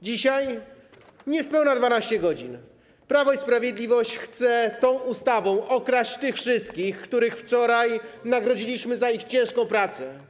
Dzisiaj, niespełna 12 godzin później Prawo i Sprawiedliwość chce tą ustawą okraść tych wszystkich, których wczoraj nagrodziliśmy za ich ciężką pracę.